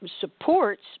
supports